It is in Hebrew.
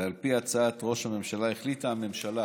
ועל פי הצעת ראש הממשלה, החליטה הממשלה